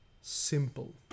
simple